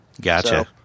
Gotcha